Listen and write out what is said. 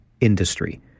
industry